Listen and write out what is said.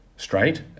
Straight